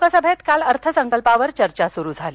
लोकसभेत काल अर्थसंकल्पावर चर्चा सुरु झाली